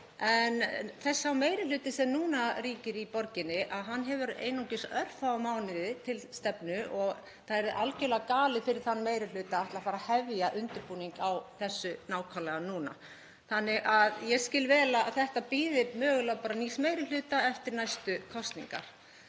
En sá meiri hluti sem núna ríkir í borginni hefur einungis örfáa mánuði til stefnu og það yrði algerlega galið fyrir þann meiri hluta að ætla að fara að hefja undirbúning á þessu nákvæmlega núna. Þannig að ég skil vel að þetta bíði mögulega nýs meiri hluta eftir næstu kosningar.